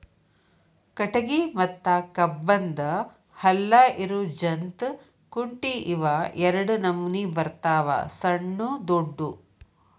ಕಟಗಿ ಮತ್ತ ಕಬ್ಬನ್ದ್ ಹಲ್ಲ ಇರು ಜಂತ್ ಕುಂಟಿ ಇವ ಎರಡ ನಮೋನಿ ಬರ್ತಾವ ಸಣ್ಣು ದೊಡ್ಡು